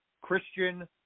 Christian